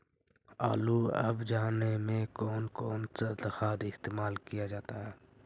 आलू अब जाने में कौन कौन सा खाद इस्तेमाल क्या जाता है?